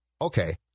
okay –